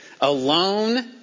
Alone